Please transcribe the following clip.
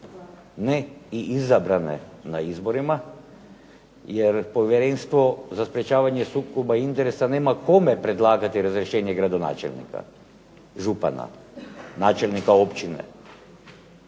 ne i izabrane na izborima, jer Povjerenstvo za sprječavanje sukoba interesa nema kome predlagati razrješenje gradonačelnika, župana, načelnika općine,